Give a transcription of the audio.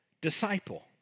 disciple